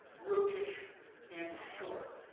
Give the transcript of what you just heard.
brutish and short.